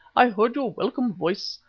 i heard your welcome voice.